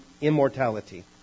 immortality